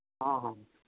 ᱦᱚᱸ ᱦᱚᱸ